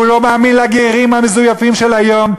והוא לא מאמין לגרים המזויפים של היום.